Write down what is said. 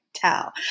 Tell